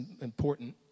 important